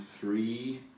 three